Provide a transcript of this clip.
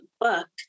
book